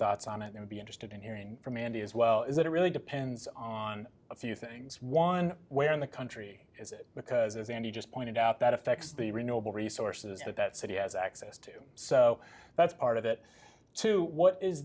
thoughts on it you'll be interested in hearing from mandy as well is that it really depends on a few things one where in the country is it because it's and you just pointed out that affects the renewable resources that that city has access to so that's part of it too what is